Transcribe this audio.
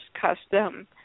custom